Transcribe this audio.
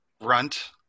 Runt